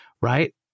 right